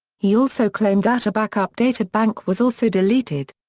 he also claimed that a back-up databank was also deleted.